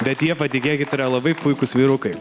bet jie patikėkit yra labai puikūs vyrukai